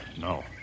No